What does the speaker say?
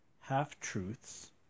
half-truths